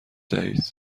دهید